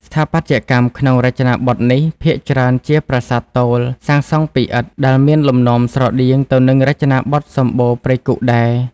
ស្ថាបត្យកម្មក្នុងរចនាបថនេះ ភាគច្រើនជាប្រាសាទទោល សាងសង់ពីឥដ្ឋ ដែលមានលំនាំស្រដៀងទៅនឹងរចនាបថសម្បូណ៍ព្រៃគុកដែរ។